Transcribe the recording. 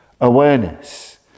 awareness